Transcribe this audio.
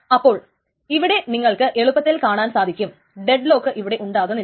അപ്പോൾ ഇവിടെ നിങ്ങൾക്ക് എളുപ്പത്തിൽ കാണുവാൻ സാധിക്കും ഡെഡ് ലോക്ക് ഇവിടെ ഉണ്ടാകുന്നില്ല